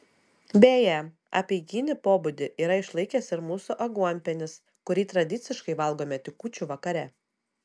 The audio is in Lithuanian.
beje apeiginį pobūdį yra išlaikęs ir mūsų aguonpienis kurį tradiciškai valgome tik kūčių vakare